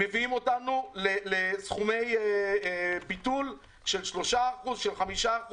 מביאים אותנו לסכומי ביטול של 3%, 5%,